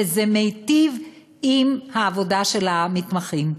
וזה מיטיב את העבודה של המתמחים.